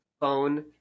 Phone